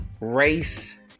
race